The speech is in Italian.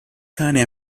cane